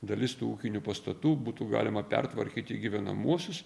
dalis tų ūkinių pastatų būtų galima pertvarkyti į gyvenamuosius